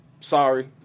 sorry